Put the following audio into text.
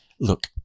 Look